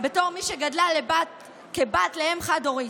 בתור מי שגדלה כבת לאם חד-הורית,